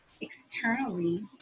Externally